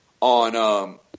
on –